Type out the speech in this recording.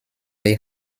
may